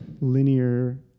linear